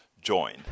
join